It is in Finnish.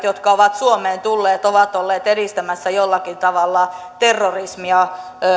jotka ovat suomeen tulleet ovat olleet edistämässä jollakin tavalla terrorismia